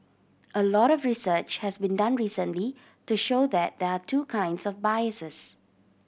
a lot of research has been done recently to show that there are two kinds of biases